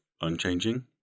unchanging